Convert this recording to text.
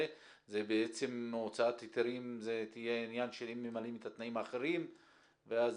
בעצם הוצאת היתרים תהיה עניין של אם ממלאים את התנאים האחרים ואז